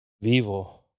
vivo